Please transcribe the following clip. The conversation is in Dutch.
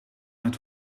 met